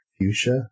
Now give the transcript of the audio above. Fuchsia